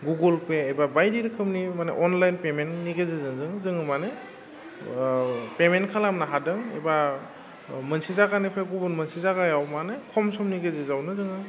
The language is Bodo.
गुगोल पे एबा बायदि रोखोमनि माने अनलाइन पेमेन्टनि गेजेरजों जों जोङो माने पेमेन्ट खालामनो हादों एबा मोनसे जायगानिफ्राय गुबुन मोनसे जागायाव माने खम समनि गेजेजावनो जोङो